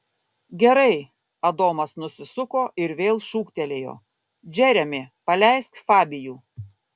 gerai adomas nusisuko ir vėl šūktelėjo džeremi paleisk fabijų